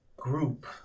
group